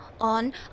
on